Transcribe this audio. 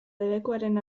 debekuaren